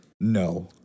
No